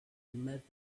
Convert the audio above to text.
met